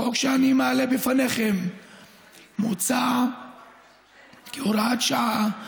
החוק שאני מעלה בפניכם מוצע כהוראת שעה,